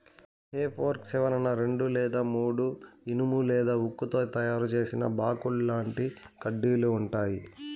హె fork చివరన రెండు లేదా మూడు ఇనుము లేదా ఉక్కుతో తయారు చేసిన బాకుల్లాంటి కడ్డీలు ఉంటాయి